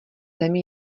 zemi